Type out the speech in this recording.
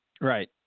Right